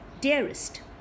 dearest